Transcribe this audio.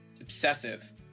obsessive